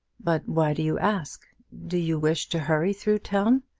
but why do you ask? do you wish to hurry through town?